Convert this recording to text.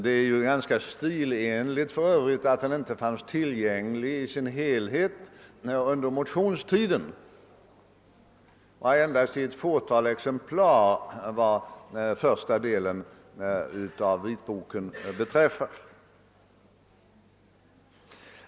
Det är för övrigt ganska stilenligt att vitboken inte fanns tillgänglig i sin helhet under motionstiden — endast första delen av vitboken förelåg då och endast i ett fåtal exemplar.